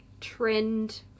Trend